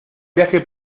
viaje